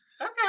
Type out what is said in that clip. Okay